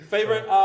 Favorite